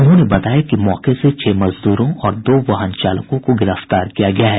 उन्होंने बताया कि मौके से छह मजदूरों और दो वाहन चालकों को गिरफ्तार किया गया है